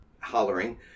Hollering